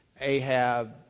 Ahab